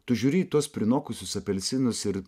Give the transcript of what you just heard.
tu žiūri į tuos prinokusius apelsinus ir